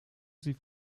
sie